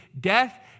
death